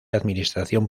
administración